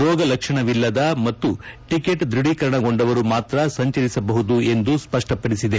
ರೋಗ ಲಕ್ಷಣವಿಲ್ಲದ ಮತ್ತು ಟಿಕೆಟ್ ದೃಢೀಕರಣಗೊಂಡವರು ಮಾತ್ರ ಸಂಚರಿಸಬಹುದು ಎಂದು ಸ್ಪಷ್ಟಪಡಿಸಿದೆ